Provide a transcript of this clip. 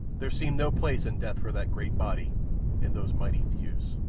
there seemed no place in death for that great body and those mighty thews.